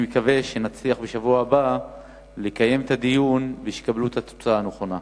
אני מקווה שנצליח בשבוע הבא לקיים את הדיון ושיקבלו את התוצאה הנכונה.